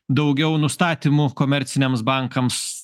daugiau nustatymų komerciniams bankams